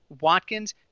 Watkins